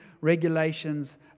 regulations